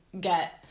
get